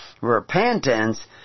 repentance